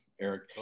Eric